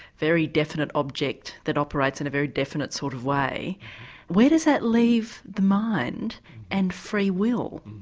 very definite object that operates in a very definite sort of way where does that leave the mind and free will?